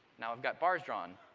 now i've got bars drawn.